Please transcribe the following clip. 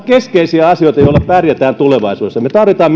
keskeisiä asioita joilla pärjätään tulevaisuudessa me tarvitsemme